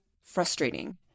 frustrating